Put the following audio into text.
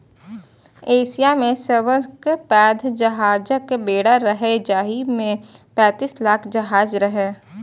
Asia मे सबसं पैघ जहाजक बेड़ा रहै, जाहि मे पैंतीस लाख जहाज रहै